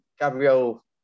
Gabriel